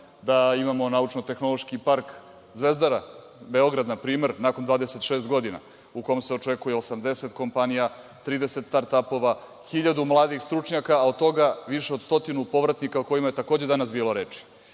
da imamo naučno tehnološki park „Zvezdara“, Beograd npr. nakon 26 godina u kom se očekuje 80 kompanija, 30 start apova, 1.000 mladih stručnjaka, a od toga više od stotinu povratnika o kojima je takođe danas bilo reči.